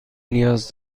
نیاز